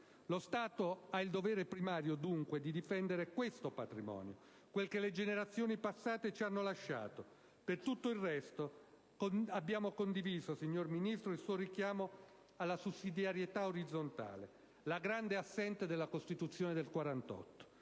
Lo Stato ha dunque il dovere primario di difendere questo patrimonio, quel che le generazioni passate ci hanno lasciato. Per tutto il resto abbiamo condiviso, signor Ministro, il suo richiamo alla sussidiarietà orizzontale: la grande assente della costituzione del 1948.